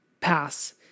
pass